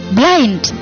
blind